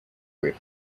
with